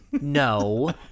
No